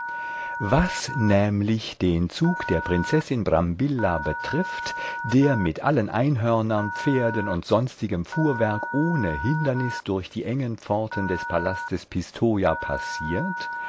was nämlich den zug der prinzessin brambilla betrifft der mit allen einhörnern pferden und sonstigem fuhrwerk ohne hindernis durch die engen pforten des palastes pistoja passiert